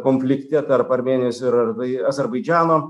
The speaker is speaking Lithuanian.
konflikte tarp armėnijos ir ardui azerbaidžano